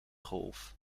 golf